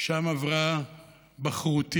שם עברה בחרותי,